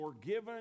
forgiven